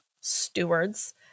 stewards